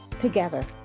Together